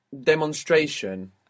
demonstration